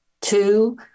Two